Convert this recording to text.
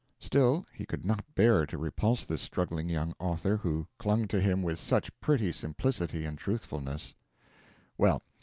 still, he could not bear to repulse this struggling young author, who clung to him with such pretty simplicity and trustfulness. well,